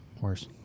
Worse